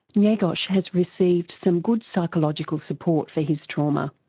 ngegos has received some good psychological support for his trauma.